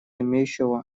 имеющего